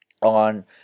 on